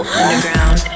underground